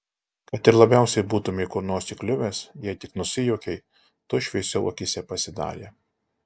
kad ir labiausiai būtumei kur nors įkliuvęs jei tik nusijuokei tuoj šviesiau akyse pasidarė